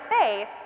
faith